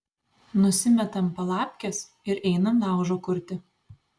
nusimetam palapkes ir einam laužo kurti